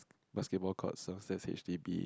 basketball courts itself that's H_D_B